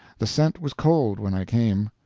the scent was cold when i came.